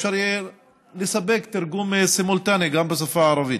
אפשר יהיה לספק תרגום סימולטני גם בשפה הערבית.